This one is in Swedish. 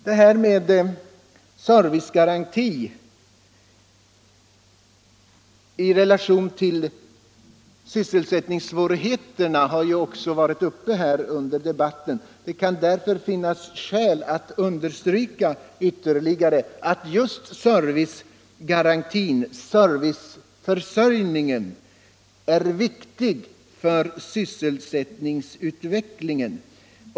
Frågan om servicegaranti i relation till sysselsättningssvårigheterna har tidigare berörts i debatten. Det kan därför finnas skäl att ytterligare understryka att just serviceförsörjningen är viktig för sysselsättningsutvecklingen.